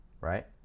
Right